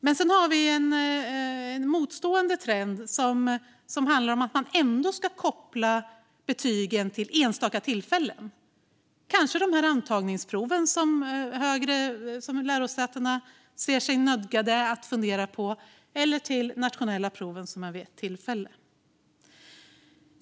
Men vi har också en motstående trend som handlar om att man ändå ska koppla betygen till enstaka tillfällen - kanske till de antagningsprov som lärosäten ser sig nödgade att fundera på, eller till de nationella proven, som ju sker vid ett tillfälle.